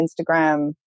Instagram